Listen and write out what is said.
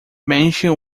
mansion